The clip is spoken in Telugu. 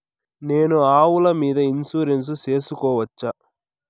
నేను ఆవుల మీద ఇన్సూరెన్సు సేసుకోవచ్చా?